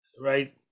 right